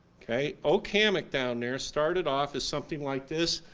kay. oak hammock down there started off as something like this,